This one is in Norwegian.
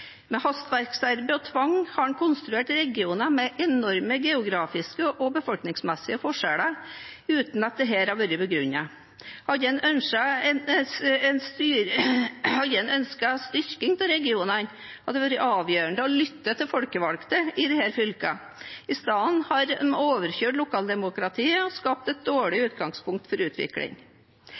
Med hastverksarbeid og tvang har man konstruert regioner med enorme geografiske og befolkningsmessige forskjeller uten at dette har vært begrunnet. Hadde man ønsket styrking av regionene, hadde det vært avgjørende å lytte til folkevalgte i disse fylkene. I stedet har man overkjørt lokaldemokratiet og skapt et dårlig utgangspunkt for utvikling.